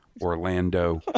orlando